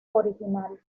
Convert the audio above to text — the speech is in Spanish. original